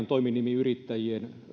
toiminimiyrittäjät